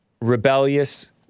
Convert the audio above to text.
rebellious